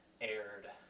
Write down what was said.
aired